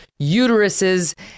uteruses